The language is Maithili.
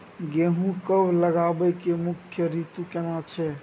गेहूं कब लगाबै के मुख्य रीतु केना छै?